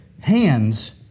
hands